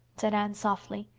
said anne softly,